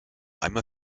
einmal